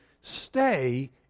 Stay